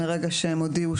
מרגע שהם הודיעו,